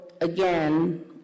again